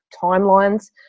timelines